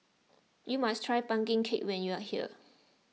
you must try Pumpkin Cake when you are here